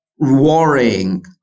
worrying